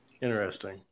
interesting